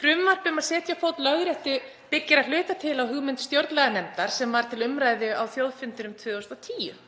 Frumvarp um að setja á fót Lögréttu byggir að hluta til á hugmynd stjórnlaganefndar sem var til umræðu á þjóðfundinum 2010.